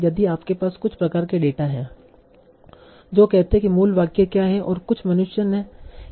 यदि आपके पास कुछ प्रकार के डेटा हैं जो कहते हैं कि मूल वाक्य क्या है और कुछ मनुष्य ने इसे कैसे सरल बनाया है